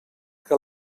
que